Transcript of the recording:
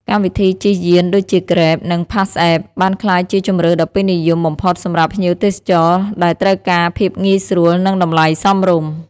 កម្មវិធីជិះយានដូចជា Grab និង PassApp បានក្លាយជាជម្រើសដ៏ពេញនិយមបំផុតសម្រាប់ភ្ញៀវទេសចរដែលត្រូវការភាពងាយស្រួលនិងតម្លៃសមរម្យ។